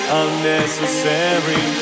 unnecessary